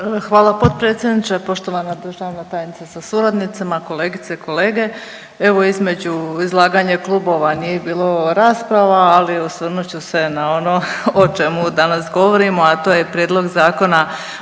Hvala potpredsjedniče, poštovana državna tajnice sa suradnicima, kolegice i kolege. Evo između izlaganja klubova nije bilo rasprava, ali osvrnut ću se na ono o čemu danas govorimo, a to je Prijedlog zakona